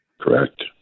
Correct